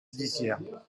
judiciaire